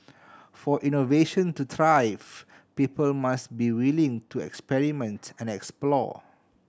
for innovation to thrive people must be willing to experiment and explore